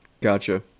Gotcha